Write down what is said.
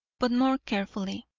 but more carefully.